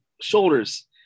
shoulders